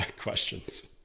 questions